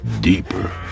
deeper